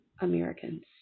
Americans